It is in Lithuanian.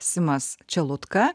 simas čelutka